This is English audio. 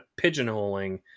pigeonholing